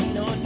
no